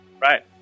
Right